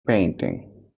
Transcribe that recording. painting